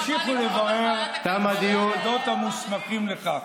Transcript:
אתם תמשיכו לברר את זה במוסדות המוסמכים לכך.